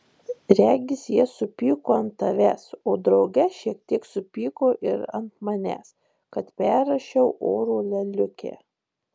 regis jie supyko ant tavęs o drauge šiek tiek supyko ir ant manęs kad perrašiau oro lėliukę